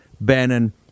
Bannon